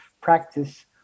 practice